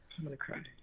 i'm gonna cry.